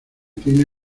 tiene